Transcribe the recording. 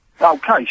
Okay